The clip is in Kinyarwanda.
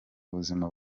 buzima